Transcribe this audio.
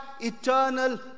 eternal